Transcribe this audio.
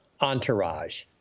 entourage